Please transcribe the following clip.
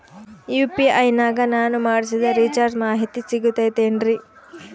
UPI ನಾಗ ನಾನು ಮಾಡಿಸಿದ ರಿಚಾರ್ಜ್ ಮಾಹಿತಿ ಸಿಗುತೈತೇನ್ರಿ?